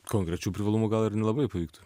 konkrečių privalumų gal ir nelabai pavyktų